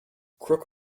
crook